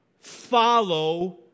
follow